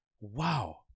wow